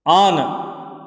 आन